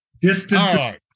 Distance